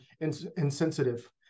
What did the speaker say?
insensitive